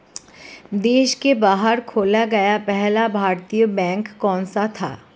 देश के बाहर खोला गया पहला भारतीय बैंक कौन सा था?